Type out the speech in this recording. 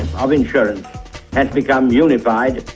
of insurance has become unified,